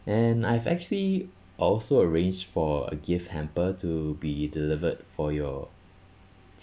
and I've actually also arranged for a gift hamper to be delivered for your